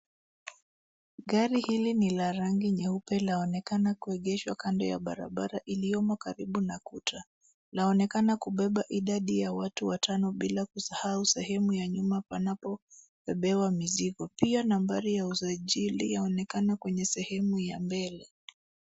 Gari hili ni la rangi nyeupe laonekana kuegeshwa kando ya barabara iliyomo karibu na kuta. Inaonekana kubeba idadi ya watu watano bila kusahau sehemu ya nyuma panapobebewa mizigo. Pia nambari ya usajili yaonekana kwenye sehemu ya mbele